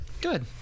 Good